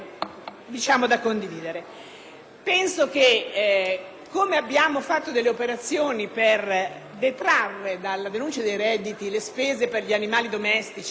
Penso che così come abbiamo effettuato delle operazioni per detrarre dalla denuncia dei redditi le spese per gli animali domestici